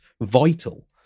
vital